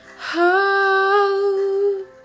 hope